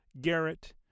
Garrett